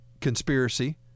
conspiracy